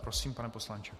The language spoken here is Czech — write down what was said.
Prosím, pane poslanče.